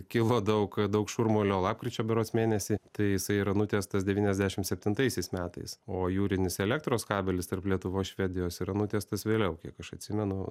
kilo daug daug šurmulio lapkričio berods mėnesį tai jisai yra nutiestas devyniasdešimt septintaisiais metais o jūrinis elektros kabelis tarp lietuvos švedijos yra nutiestas vėliau kiek aš atsimenu